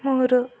ಮೂರು